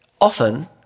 often